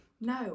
no